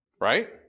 right